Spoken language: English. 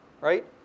Right